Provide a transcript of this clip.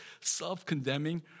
self-condemning